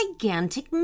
gigantic